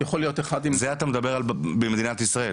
יכול להיות אחד עם --- אתה מדבר על מדינת ישראל?